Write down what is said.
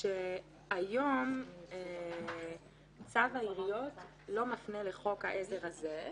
רק שהיום צו העיריות לא מפנה לחוק העזר הזה,